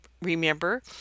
remember